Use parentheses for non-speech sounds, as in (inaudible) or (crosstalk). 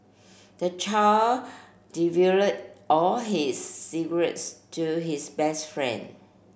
the child (unintelligible) all his secrets to his best friend